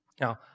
Now